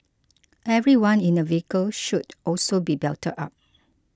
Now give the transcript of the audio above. everyone in a vehicle should also be belted up